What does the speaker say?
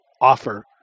offer